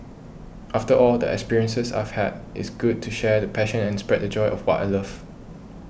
after all the experiences I've had it's good to share the passion and spread the joy of what I love